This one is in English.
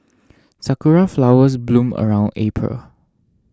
sakura flowers bloom around April